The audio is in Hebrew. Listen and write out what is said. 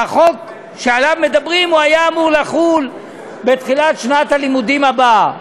והחוק שעליו מדברים היה אמור לחול בתחילת שנת הלימודים הבאה.